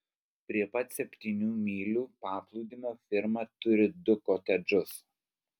prie pat septynių mylių paplūdimio firma turi du kotedžus